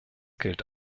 gilt